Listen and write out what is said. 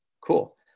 cool